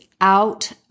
out